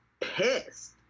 pissed